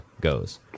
goes